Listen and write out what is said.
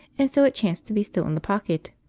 and so it chanced to be still in the pocket.